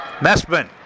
Messman